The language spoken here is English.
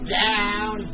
down